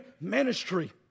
ministry